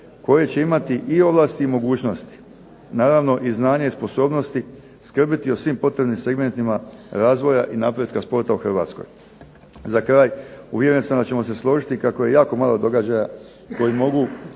koje će imati i ovlasti i mogućnosti i naravno i znanja i sposobnosti skrbiti o svim potrebnim segmentima razvoja i napretka sporta u Hrvatskoj. Za kraj, uvjeren sam da ćemo se složiti kako je jako malo događaja koji mogu